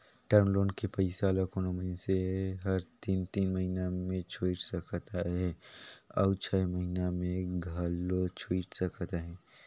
term loan के पइसा ल कोनो मइनसे हर तीन तीन महिना में छुइट सकत अहे अउ छै महिना में घलो छुइट सकत अहे